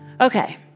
Okay